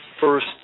first